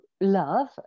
love